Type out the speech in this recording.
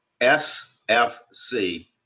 SFC